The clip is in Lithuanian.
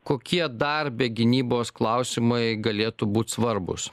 kokie dar be gynybos klausimai galėtų būt svarbūs